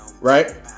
right